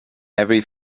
every